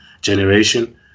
generation